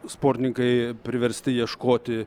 sportininkai priversti ieškoti